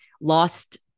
lost